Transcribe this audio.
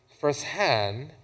firsthand